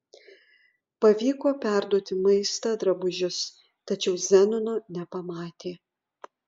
pavyko perduoti maistą drabužius tačiau zenono nepamatė